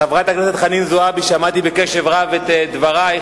חברת הכנסת חנין זועבי, שמעתי בקשב רב את דברייך